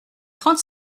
trente